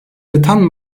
yatan